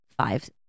five